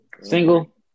Single